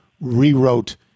rewrote